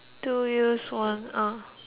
one uh